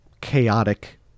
chaotic